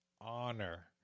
Honor